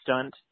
stunt